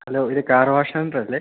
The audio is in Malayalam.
ഹലോ ഇത് കാർ വാഷ് സെൻ്ററല്ലേ